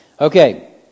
Okay